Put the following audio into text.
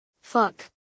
Fuck